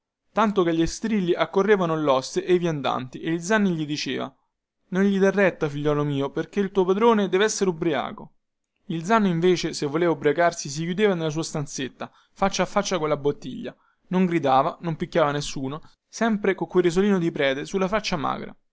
tanto che agli strilli accorrevano loste e i viandanti e il zanno gli diceva non gli dar retta figliuol mio perchè il tuo padrone devessere ubriaco il zanno invece se voleva ubriacarsi si chiudeva nella sua stanzetta faccia a faccia colla bottiglia non gridava non picchiava nessuno sempre con quel risolino di prete sulla faccia magra